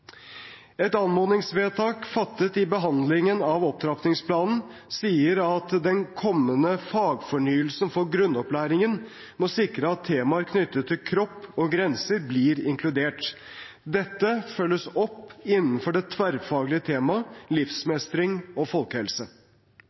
Et anmodningsvedtak fattet i behandlingen av opptrappingsplanen sier at den kommende fagfornyelsen for grunnopplæringen må sikre at temaer knyttet til kropp og grenser blir inkludert. Dette følges opp innenfor det tverrfaglige temaet livsmestring og folkehelse.